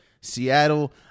Seattle